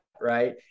right